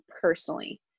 personally